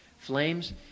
Flames